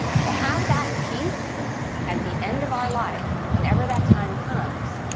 to have that peace at the end of our life, whenever that time comes,